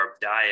diet